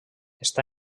està